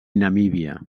namíbia